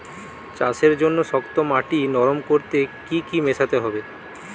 চাষের জন্য শক্ত মাটি নরম করতে কি কি মেশাতে হবে?